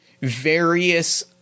various